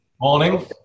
Morning